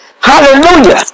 Hallelujah